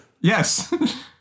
Yes